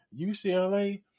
UCLA